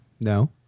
No